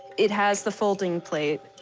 it has the folding plate,